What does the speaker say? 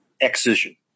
excision